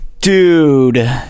dude